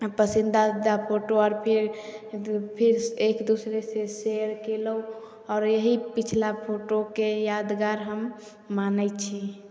पसंदीदा पसंदीदा फोटो आर फिर एक दूसरे से शेयर केलौं और यही पिछला फोटो के यादगार हम मानय छी